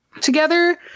together